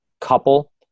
couple